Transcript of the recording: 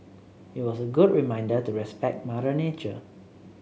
it was a good reminder to respect Mother Nature